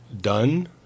done